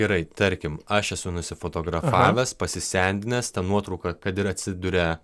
gerai tarkim aš esu nusifotografavęs pasisendinęs ta nuotrauka kad ir atsiduria